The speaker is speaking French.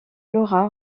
laura